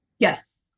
Yes